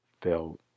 felt